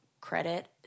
credit